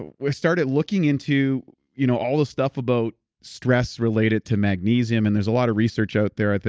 we started looking into you know all the stuff about stress related to magnesium and there's a lot of research out there.